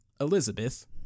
elizabeth